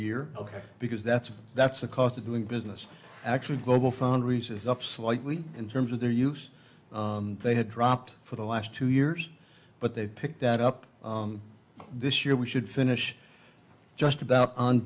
year ok because that's that's a cost of doing business actually globalfoundries is up slightly in terms of their use they had dropped for the last two years but they've picked that up this year we should finish just about on